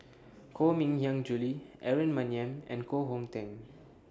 Koh Mui Hiang Julie Aaron Maniam and Koh Hong Teng